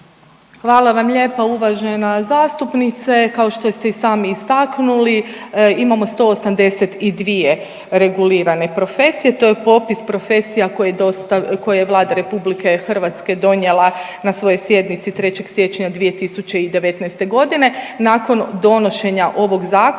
Hvala vam lijepa uvažena zastupnice. Kao što ste i sami istaknuli imamo 182 regulirane profesije. To je popis profesija koje je Vlada RH donijela na svojoj sjednici 3. siječnja 2019. godine. Nakon donošenja ovog Zakona,